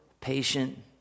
patient